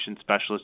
specialists